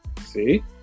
See